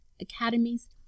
academies